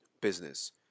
business